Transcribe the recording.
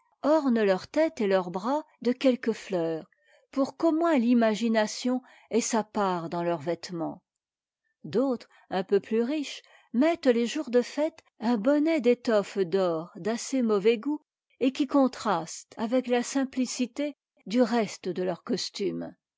ornent leur tête et leurs bras de quelques fleurs pour qu'au moins l'imagination ait sa part dans leur vêtement d'autres un peu plus riches mettent les jours de fête un bonnet d'étoffe d'or d'assez mauvais goût et qui contraste avec la simplicité du reste de leur costume